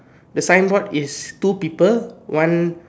the signboard is two people one